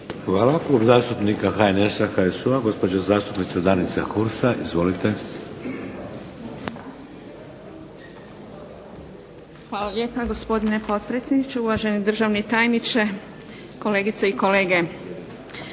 Hvala. Klub zastupnika HNS-a, HSU-a gospođa zastupnica Danica Hursa. Izvolite. **Hursa, Danica (HNS)** Hvala lijepa gospodine potpredsjedniče, uvaženi državni tajniče, kolegice i kolege.